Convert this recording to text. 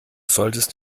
solltest